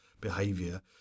behavior